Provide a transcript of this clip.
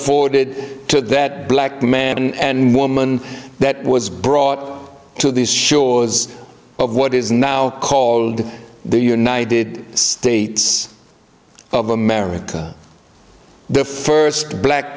afforded to that black man and woman that was brought to these shores of what is now called the united states of america the first black